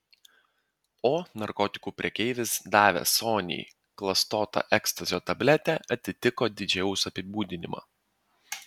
o narkotikų prekeivis davęs soniai klastotą ekstazio tabletę atitiko didžėjaus apibūdinimą